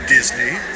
Disney